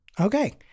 Okay